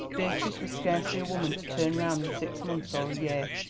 beatrice was scarcely a woman to turn round in six months or a year.